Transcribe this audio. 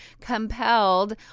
compelled